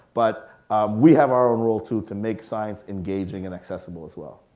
but we have our own rule too, to make science engaging and accessible as well.